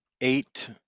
eight